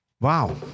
Wow